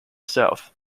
south